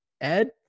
Ed